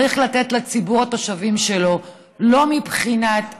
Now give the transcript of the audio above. צריך לתת לציבור התושבים שלו לא מבחינת תרבות,